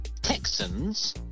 Texans